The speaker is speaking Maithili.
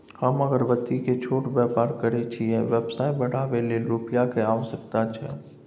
हम अगरबत्ती के छोट व्यापार करै छियै व्यवसाय बढाबै लै रुपिया के आवश्यकता छै?